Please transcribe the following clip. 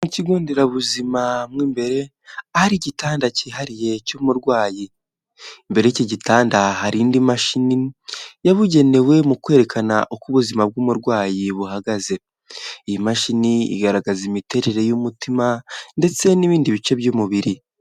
Mu ikigo nderabuzima mo imbere ahari igitanda cyihariye cy'umurwayi, imbere y'iki gitanda hari indi mashini yabugenewe mu kwerekana uko ubuzima bw'umurwayi buhagaze, iyi mashini igaragaza imiterere y'umutima ndetse n'ibindi bice by'umubiri.